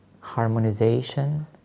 harmonization